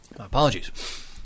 Apologies